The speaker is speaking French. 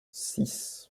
six